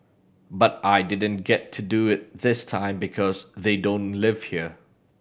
but I didn't get to do it this time because they don't live here